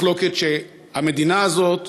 מחלוקת על כך שהמדינה הזאת,